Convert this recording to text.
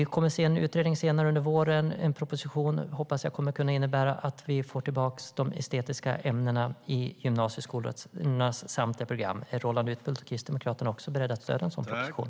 Vi kommer att se en utredning senare under våren. En proposition hoppas jag kommer att innebära att vi får tillbaka de estetiska ämnena i gymnasieskolans samtliga program. Är Roland Utbult och Kristdemokraterna också beredda att stödja en sådan proposition?